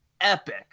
epic